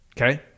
Okay